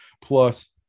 Plus